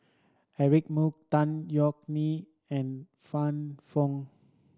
Eric Moo Tan Yeok Nee and Fann Fong